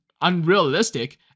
unrealistic